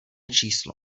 číslo